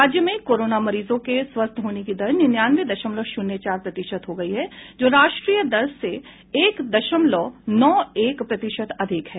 राज्य में कोरोना मरीजों के स्वस्थ होने की दर निन्यानवे दशमलव शून्य चार प्रतिशत हो गई है जो राष्ट्रीय दर से एक दशमलव नौ एक प्रतिशत अधिक है